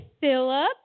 Philip